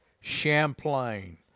Champlain